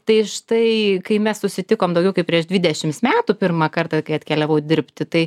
tai štai kai mes susitikom daugiau kaip prieš dvidešims metų pirmą kartą kai atkeliavau dirbti tai